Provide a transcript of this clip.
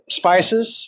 spices